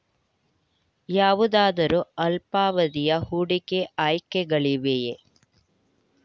ಯಾವುದಾದರು ಅಲ್ಪಾವಧಿಯ ಹೂಡಿಕೆ ಆಯ್ಕೆಗಳಿವೆಯೇ?